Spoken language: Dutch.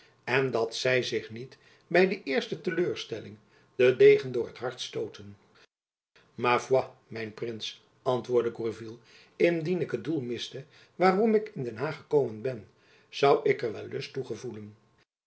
en dat zy zich jacob van lennep elizabeth musch niet by de eerste teleurstelling den degen door t hart stooten ma foi mijn prins antwoordde gourville indien ik het doel miste waarom ik in den haag gekomen ben zoû ik er wel lust toe